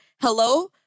hello